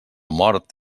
mort